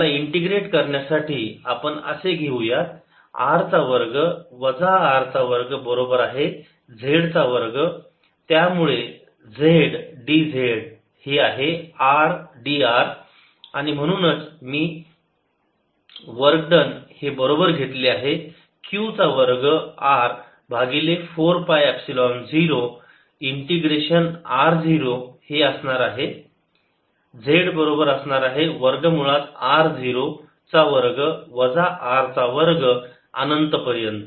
याला इंटिग्रेट करण्यासाठी आपण असे घेऊयात r चा वर्ग वजा r चा वर्ग बरोबर आहे z चा वर्ग त्यामुळे z dz हे आहे r d r आणि म्हणूनच मी वर्क डन हे बरोबर घेतले आहे q चा वर्ग r भागिले 4 पाय एपसिलोन 0 इंटिग्रेशन r 0 हे असणार आहे z बरोबर असणार आहे वर्ग मुळात r 0 चा वर्ग वजा R चा वर्ग अनंत पर्यंत